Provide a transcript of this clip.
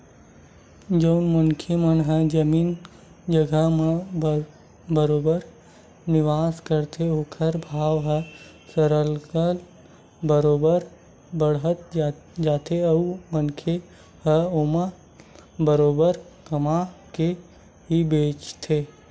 जउन मनखे मन ह जमीन जघा म बरोबर निवेस करथे ओखर भाव ह सरलग बरोबर बाड़त जाथे अउ मनखे ह ओमा बरोबर कमा के ही बेंचथे